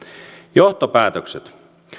johtopäätökset